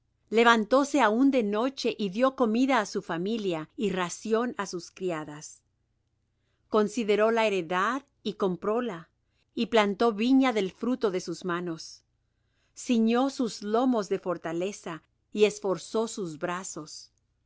lejos levantóse aun de noche y dió comida á su familia y ración á sus criadas consideró la heredad y compróla y plantó viña del fruto de sus manos ciñó sus lomos de fortaleza y esforzó sus brazos